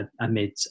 amid